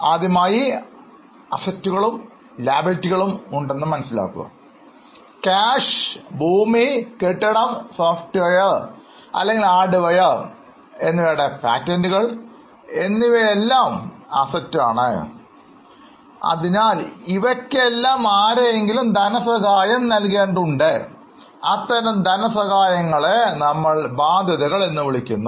ആദ്യമായി ആസ്തികളും ബാധ്യതകളും ഉണ്ടെന്നു മനസ്സിലാക്കുക ക്യാഷ് ഭൂമി കെട്ടിടം സോഫ്റ്റ്വെയർ അല്ലെങ്കിൽ ഹാർഡ്വെയർ എന്നിവയുടെ പേറ്റൻറ്കൾ എന്നിവയെല്ലാം ആസ്തികളിൽ പ്രതിനിധീകരിക്കുന്നു അതിനാൽ ഇവയ്ക്കെല്ലാം ആരെയെങ്കിലും ധനസഹായം നൽകേണ്ടതുണ്ട് അത്തരം ധനസഹായങ്ങൾ ബാധ്യതകളാണ്